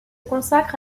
consacre